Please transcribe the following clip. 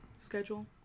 Schedule